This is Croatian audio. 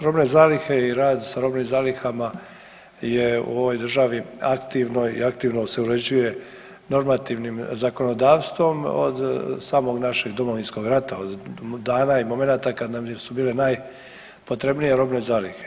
Robne zalihe i rad sa robnim zalihama je u ovoj državi aktivno i aktivno se uređuje normativnim zakonodavstvom od samog našeg Domovinskog rata od dana i momenata kada su nam bile najpotrebnije robne zalihe.